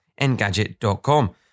engadget.com